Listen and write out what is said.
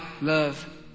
love